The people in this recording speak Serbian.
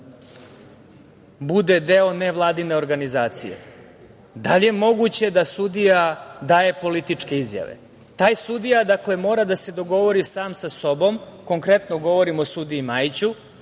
bude deo nevladine organizacije? Da li je moguće da sudija daje političke izjave? Taj sudija mora da se dogovori sam sa sobom, konkretno govorim o sudiji Majiću,